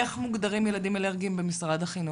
איך מוגדרים ילדים אלרגיים במשרד החינוך?